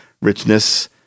richness